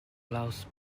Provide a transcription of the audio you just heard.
klaus